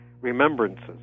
remembrances